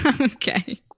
Okay